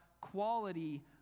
quality